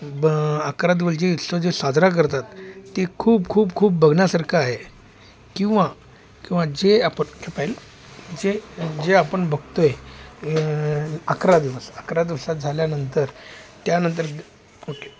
ब अकरा दिवस जे इत्स जे साजरा करतात ते खूप खूप खूप बघण्यासारखं आहे किंवा किंवा जे आपण जे जे आपण बघतो आहे य अकरा दिवस अकरा दिवसात झाल्यानंतर त्यानंतर ओके